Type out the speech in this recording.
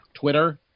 twitter